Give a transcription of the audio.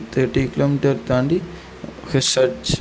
thirty kilometre தாண்டி க search